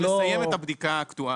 אנחנו נסיים את הבדיקה האקטוארית.